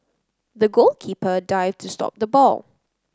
the goalkeeper dived to stop the ball